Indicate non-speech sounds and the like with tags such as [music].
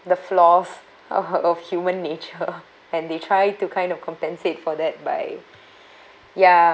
the flaws o~ of human nature [laughs] and they try to kind of compensate for that by [breath] ya